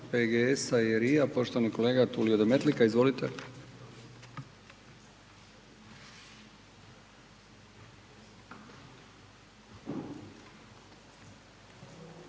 PGS-a i RI-a poštovani kolega Tulio Demetlika. Izvolite.